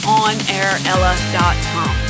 onairella.com